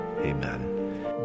amen